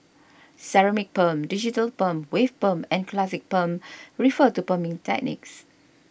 ceramic perm digital perm wave perm and classic perm refer to perming techniques